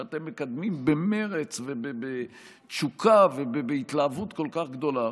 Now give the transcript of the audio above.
שאתם מקדמים במרץ ובתשוקה ובהתלהבות כל כך גדולה,